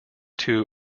two